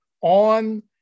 on